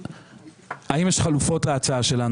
האם יש חלופות להצעה שלנו.